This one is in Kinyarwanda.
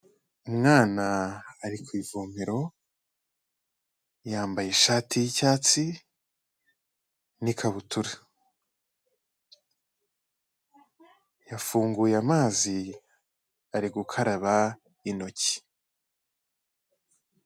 Umwana ari ku ivomero yambaye ishati y'icyatsi n'ikabutura, yafunguye amazi ari gukaraba intoki.